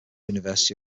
university